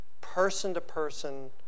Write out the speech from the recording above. person-to-person